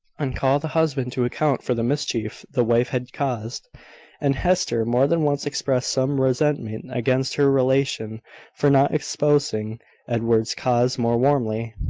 and call the husband to account for the mischief the wife had caused and hester more than once expressed some resentment against her relation for not espousing edward's cause more warmly.